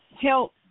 help